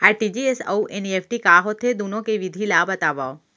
RTGS अऊ NEFT का होथे, दुनो के विधि ला बतावव